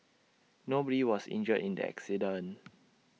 nobody was injured in the accident